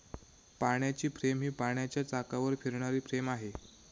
पाण्याची फ्रेम ही पाण्याच्या चाकावर फिरणारी फ्रेम आहे